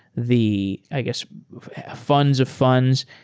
the i guess funds of funds.